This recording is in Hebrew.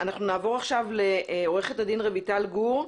אנחנו נעבור עכשיו לעורכת הדין רויטל גור,